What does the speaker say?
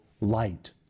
light